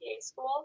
school